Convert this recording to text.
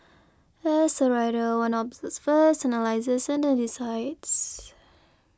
as a writer one observes first analyses and then decides